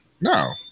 No